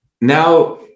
now